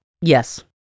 Yes